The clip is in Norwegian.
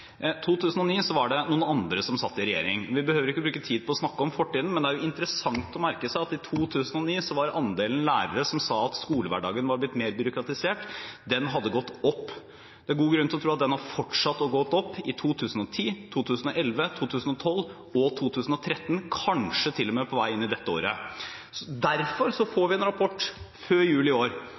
var det noen andre som satt i regjering. Vi behøver ikke bruke tid på å snakke om fortiden, men det er interessant å merke seg at i 2009 hadde andelen lærere som sa at skolehverdagen var blitt mer byråkratisert, gått opp. Det er god grunn til å tro at den har fortsatt med å gå opp i 2010, 2011, 2012 og 2013, kanskje til og med på vei inn i dette året. Derfor får vi en rapport før jul i år